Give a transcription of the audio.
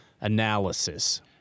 analysis